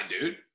dude